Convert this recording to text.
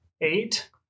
Eight